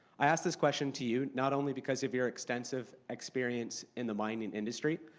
i ask this question to you, not only because of your extensive experience in the mining industry,